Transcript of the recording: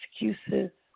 excuses